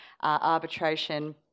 arbitration